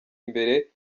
imbere